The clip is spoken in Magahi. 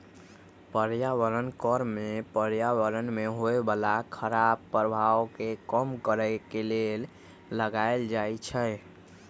पर्यावरण कर में पर्यावरण में होय बला खराप प्रभाव के कम करए के लेल लगाएल जाइ छइ